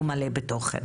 הוא מלא בתוכן,